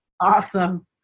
Awesome